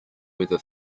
whether